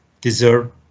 deserve